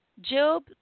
Job